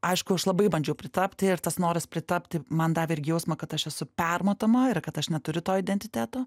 aišku aš labai bandžiau pritapti ir tas noras pritapti man davė ir jausmą kad aš esu permatoma ir kad aš neturiu to identiteto